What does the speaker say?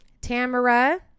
Tamara